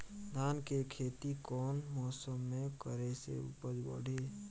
धान के खेती कौन मौसम में करे से उपज बढ़ी?